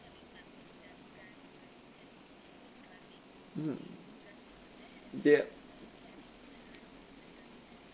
yup